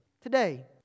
Today